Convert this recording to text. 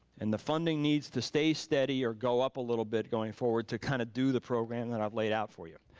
and the funding needs to stay steady or go up a little bit going forward to kind of do the program that i've laid out for you.